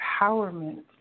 empowerment